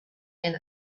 and